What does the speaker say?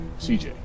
CJ